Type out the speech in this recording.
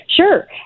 Sure